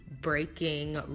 breaking